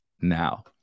now